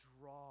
draw